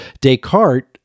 Descartes